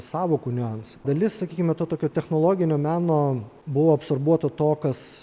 sąvokų niuansai dalis sakykime tokio technologinio meno buvo absorbuota to kas